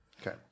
Okay